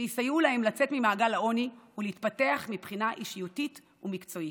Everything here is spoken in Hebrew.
שיסייעו להם לצאת ממעגל העוני ולהתפתח מבחינה אישיותית ומקצועית.